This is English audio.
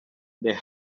they